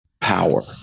power